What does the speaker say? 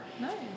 Nice